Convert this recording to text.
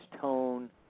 tone